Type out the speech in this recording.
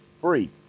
free